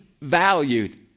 valued